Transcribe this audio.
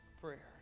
prayer